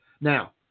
Now